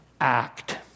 act